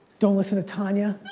don't listen to tanya.